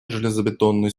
железобетонной